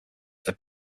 have